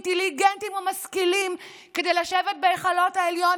אינטליגנטים ומשכילים כדי לשבת בהיכלות העליון,